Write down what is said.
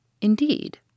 Indeed